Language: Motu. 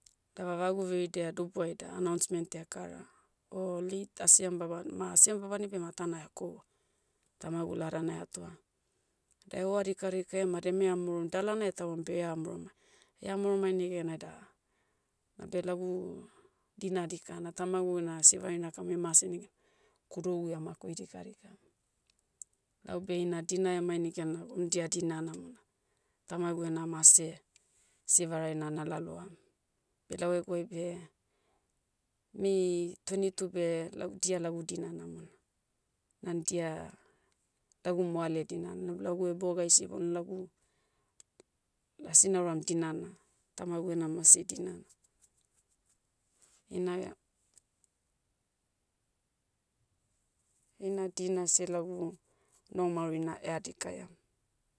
Da vavagu veridia dubuai da announcement dekara. O late asiam baban- ma asiam babani beh matana ekoua. Tamagu ladana eatoa. Da ehoa dikadika ema demea maoron dalana etauam beha maoromai. Eha maoromai negena da, nabe lagu, dina dikana tamagu ena sivarai nakam emase negan, kudougu emakoi dikadika. Laube ina dina emai negan nago un dia dina namona. Tamagu ena mase, sivaraina na laloam. Beh lau eguai beh, mei, tweni tu beh, lagu- dia lagu dina namona. Nan dia, lagu moale dinan nabe lagu ebogaisi bon lagu, asi nauram dinana, tamagu ena mase dinana. Einaia- heina dina seh lagu, noh maurina ea dikaiam.